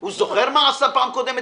הוא זוכר מה עשה פעם קודמת,